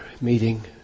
meeting